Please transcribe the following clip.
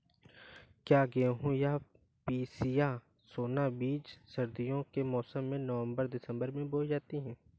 क्या गेहूँ या पिसिया सोना बीज सर्दियों के मौसम में नवम्बर दिसम्बर में बोई जाती है?